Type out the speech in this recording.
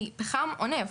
מפחמם או נפט.